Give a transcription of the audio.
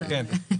כן.